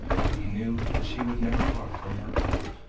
but he knew that she would never part from her boy.